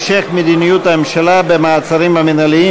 המשך מדיניות הממשלה במעצרים המינהליים